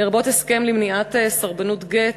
לרבות הסכם למניעת סרבנות גט,